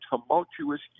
tumultuous